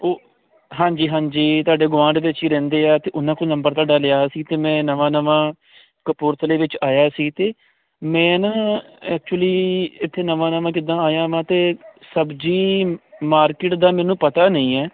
ਓ ਹਾਂਜੀ ਹਾਂਜੀ ਤੁਹਾਡੇ ਗੁਆਂਢ ਦੇ ਚੀ ਰਹਿੰਦੇ ਆ ਤੇ ਉਹਨਾਂ ਤੇ ਨੰਬਰ ਤੁਹਾਡਾ ਲਿਆ ਸੀ ਤੇ ਮੈਂ ਨਵਾਂ ਨਵਾਂ ਕਪੂਰਥਲੇ ਵਿੱਚ ਆਇਆ ਸੀ ਤੇ ਮੈਂ ਤਾ ਐਕਚੁਲੀ ਇੱਥੇ ਨਵਾਂ ਨਵਾਂ ਕਿੱਦਾਂ ਆਇਆ ਵਾ ਤੇ ਸਬਜੀ ਮਾਰਕਿਟ ਦਾ ਮੈਨੂੰ ਨਹੀਂ ਐ